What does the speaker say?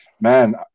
man